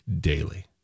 daily